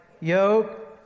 yoke